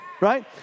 Right